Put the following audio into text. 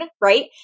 Right